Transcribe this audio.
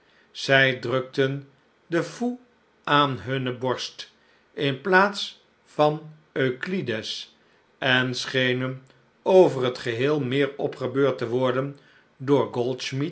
zij drukten de foe aan hunne borst in plaats van euclid es en schenen over het geheel meer opgebeurd te worden door